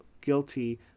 guilty